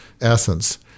essence